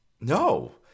No